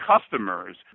customer's